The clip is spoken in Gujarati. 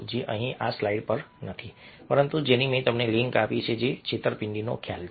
જે અહીં આ સ્લાઇડ પર નથી પરંતુ જેની મેં તમને લિંક આપી છે જે છેતરપિંડીનો ખ્યાલ છે